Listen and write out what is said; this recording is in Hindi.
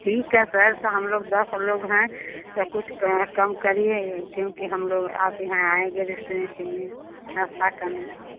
ठीक है सर तो हम लोग दस लोग हैं तो कुछ क कम करिए क्योंकि हम लोग आपके यहाँ आएँगे रेस्टोरेंट में नश्ता करने के लिए